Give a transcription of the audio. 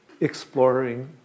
exploring